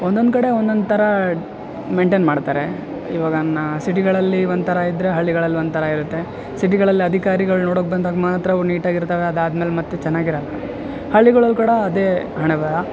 ಒಂದೊಂದು ಕಡೆ ಒಂದೊಂದು ಥರ ಮೇನ್ಟೇನ್ ಮಾಡ್ತಾರೆ ಇವಾಗ ನ ಸಿಟಿಗಳಲ್ಲಿ ಒಂಥರ ಇದ್ರೆ ಹಳ್ಳಿಗಳಲ್ಲಿ ಒಂಥರ ಇರುತ್ತೆ ಸಿಟಿಗಳಲ್ಲಿ ಅಧಿಕಾರಿಗಳು ನೋಡೋಕ್ಕೆ ಬಂದಾಗ ಮಾತ್ರ ಅವು ನೀಟಾಗಿರ್ತವೆ ಆದಾದ್ಮೇಲೆ ಮತ್ತೆ ಚೆನ್ನಾಗಿರೊಲ್ಲ ಹಳ್ಳಿಗಳಲ್ಲಿ ಕೂಡ ಅದೇ ಹಣೆಬರ